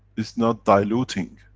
it's not diluting,